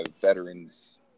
veterans